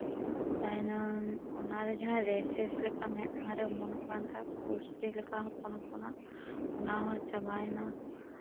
ᱛᱟᱦᱮᱸᱭᱮᱱᱟ ᱚᱱᱟ ᱨᱮ ᱡᱟᱦᱟᱸ ᱨᱮᱥᱮᱥ ᱞᱮᱠᱟ ᱢᱮᱸᱫᱦᱟ ᱨᱮ ᱚᱢᱚᱱᱚᱠ ᱠᱟᱱ ᱛᱟᱦᱮᱱ ᱯᱩᱥᱨᱤ ᱞᱮᱠᱟ ᱦᱚᱯᱚᱱᱼᱦᱚᱯᱚᱱᱟᱜ ᱚᱱᱟ ᱦᱚᱸ ᱪᱟᱵᱟᱭᱮᱱᱟ